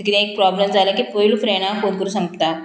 आतां कितेंय एक प्रोब्लम जालें की पयलू फ्रेंडा फोन करून सांगता